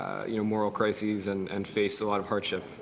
you know moral crisis and and face a lot of hardship